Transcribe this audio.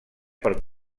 per